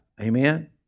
Amen